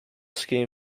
scheme